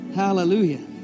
hallelujah